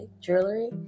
jewelry